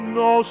no